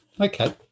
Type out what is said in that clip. Okay